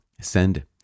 send